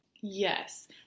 Yes